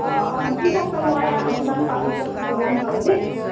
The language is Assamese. অঁ অঁ ঠিক আছে মই আপোনাক পাতি পেলাই জনাম বাৰু দেই